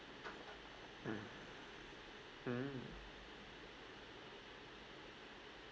mm mm